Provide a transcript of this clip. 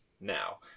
now